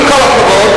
עם כל הכבוד.